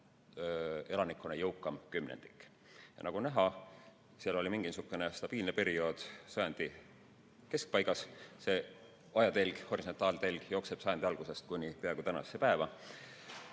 elanikkonna jõukam kümnendik. Nagu näha, seal oli mingisugune stabiilne periood sajandi keskpaigas. Ajatelg, horisontaaltelg, jookseb sajandi algusest kuni peaaegu tänasesse päeva.